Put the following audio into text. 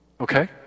Okay